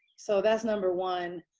so that's number one.